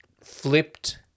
flipped